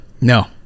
No